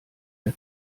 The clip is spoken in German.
der